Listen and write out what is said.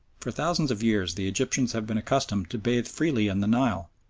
for thousands of years the egyptians have been accustomed to bathe freely in the nile,